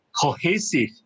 cohesive